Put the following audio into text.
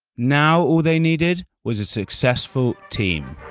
now all they needed was a successful team